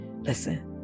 Listen